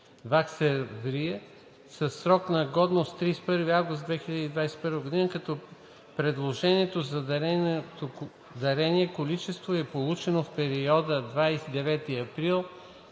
със срок на годност 31 август 2021 г., като предложеното за дарение количество е получено в периода 29 април